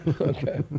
Okay